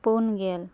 ᱯᱩᱱᱜᱮᱞ